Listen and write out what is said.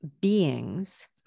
beings